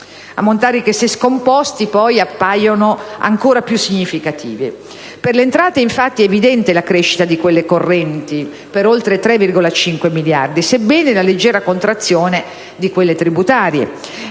Importi che, se scomposti, poi, appaiono ancora più significativi. Per le entrate, infatti, è evidente la crescita di quelle correnti, per oltre 3,5 miliardi, nonostante la leggera contrazione di quelle tributarie;